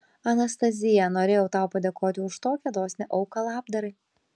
anastazija norėjau tau padėkoti už tokią dosnią auką labdarai